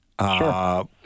Sure